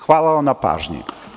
Hvala vam na pažnji.